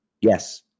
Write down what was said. Yes